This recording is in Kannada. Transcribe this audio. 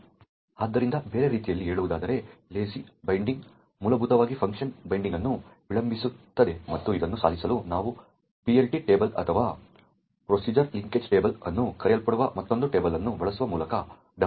ಆದ್ದರಿಂದ ಬೇರೆ ರೀತಿಯಲ್ಲಿ ಹೇಳುವುದಾದರೆ ಲೇಜಿ ಬೈಂಡಿಂಗ್ ಮೂಲಭೂತವಾಗಿ ಫಂಕ್ಷನ್ಗೆ ಬೈಂಡಿಂಗ್ ಅನ್ನು ವಿಳಂಬಗೊಳಿಸುತ್ತದೆ ಮತ್ತು ಇದನ್ನು ಸಾಧಿಸಲು ನಾವು PLT ಟೇಬಲ್ ಅಥವಾ ಪ್ರೊಸೀಜರ್ ಲಿಂಕೇಜ್ ಟೇಬಲ್ ಎಂದು ಕರೆಯಲ್ಪಡುವ ಮತ್ತೊಂದು ಟೇಬಲ್ ಅನ್ನು ಬಳಸುವ ಮೂಲಕ ಡಬಲ್ ಪರೋಕ್ಷ ತಂತ್ರವನ್ನು ಬಳಸುತ್ತೇವೆ